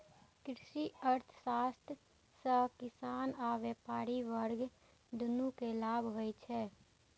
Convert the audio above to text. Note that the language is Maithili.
कृषि अर्थशास्त्र सं किसान आ व्यापारी वर्ग, दुनू कें लाभ होइ छै